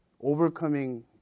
Overcoming